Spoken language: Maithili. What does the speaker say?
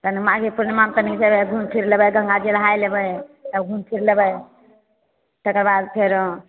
तनि माघी पूर्णिमामे तनि जेबय घुमि फिर लेबय गंगाजी नहाय लेबय तब घुमि फिर लेबय तकर बाद फेरो